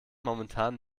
momentan